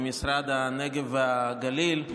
משרד הנגב והגליל,